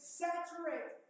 saturate